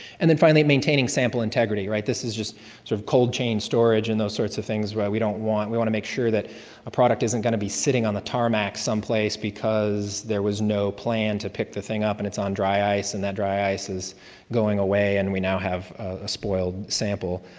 and then finally maintaining samples integrity right. this is just sort to of cold chain storage, and those sorts of things right? we don't want we want to make sure that a product isn't going to be sitting on the tarmac someplace because there was no plan to pick the thing up and it's on dry ice, and that dry ice is going away and we now have a spoiled sample,